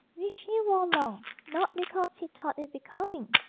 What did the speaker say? which he wore long not because he thought it becoming,